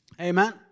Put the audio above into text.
Amen